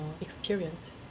experiences